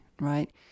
right